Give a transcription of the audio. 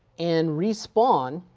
and respond,